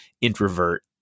introvert